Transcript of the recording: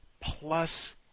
plus